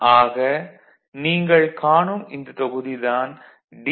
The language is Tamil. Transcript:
ஆக நீங்கள் காணும் இந்த தொகுதி தான் டி